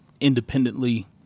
independently